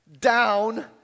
down